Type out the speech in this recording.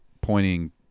pointing